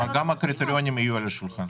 גם הקריטריונים יהיו על השולחן.